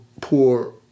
poor